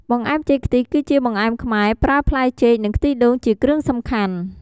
បង្អែមចេកខ្ទិះគឺជាបង្អែមខ្មែរ ប្រើផ្លែចេក និងខ្ទិះដូងជាគ្រឿងសំខាន់។